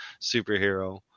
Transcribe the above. superhero